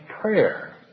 prayer